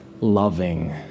loving